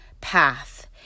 path